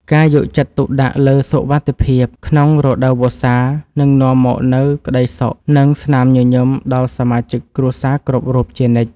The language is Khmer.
ការយកចិត្តទុកដាក់លើសុវត្ថិភាពក្នុងរដូវវស្សានឹងនាំមកនូវក្តីសុខ និងស្នាមញញឹមដល់សមាជិកគ្រួសារគ្រប់រូបជានិច្ច។